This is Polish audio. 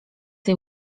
tej